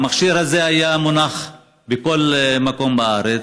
המכשיר הזה היה מונח בכל מקום בארץ,